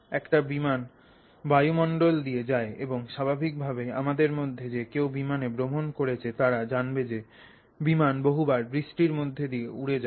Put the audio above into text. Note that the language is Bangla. একটা বিমান বায়ুমণ্ডল দিয়ে যায় এবং স্বাভাবিকভাবেই আমাদের মধ্যে যে কেউ বিমানে ভ্রমণ করেছে তারা জানবে যে বিমান বহুবার বৃষ্টির মধ্য দিয়ে উড়ে যায়